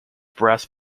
brass